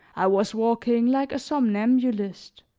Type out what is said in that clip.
i was walking like a somnambulist,